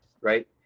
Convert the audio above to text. Right